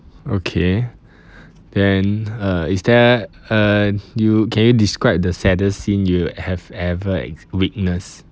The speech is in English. okay then uh is there uh you can you describe the saddest scene you have ever witness